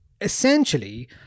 Essentially